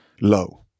low